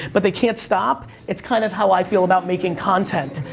but they can't stop, it's kind of how i feel about making content.